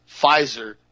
Pfizer